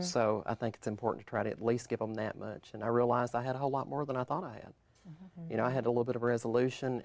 so i think it's important to try to at least give them that much and i realized i had a whole lot more than i thought i had you know i had a little bit of resolution